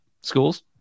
schools